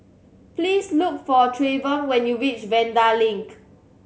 please look for Treyvon when you reach Vanda Link